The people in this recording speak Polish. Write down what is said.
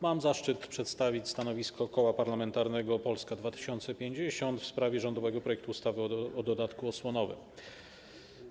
Mam zaszczyt przedstawić stanowisko Koła Parlamentarnego Polska 2050 w sprawie rządowego projektu ustawy o dodatku osłonowym.